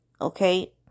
Okay